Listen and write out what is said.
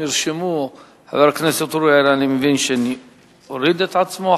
נרשמו חבר הכנסת אריאל, אני מבין שהוריד את עצמו.